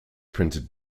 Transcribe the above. printed